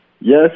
Yes